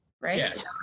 right